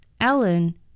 Ellen